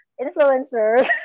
influencers